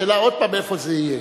השאלה עוד פעם: איפה זה יהיה.